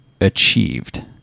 achieved